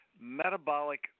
metabolic